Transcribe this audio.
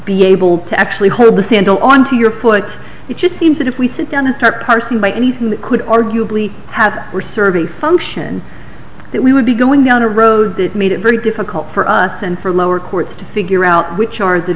be able to actually hold the sandal onto your put it just seems that if we sit down and start parsing by anything that could arguably have were thirty function that we would be going down a road that made it pretty difficult for us and for lower courts to figure out which aren't the